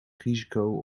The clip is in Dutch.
risico